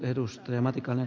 arvoisa puhemies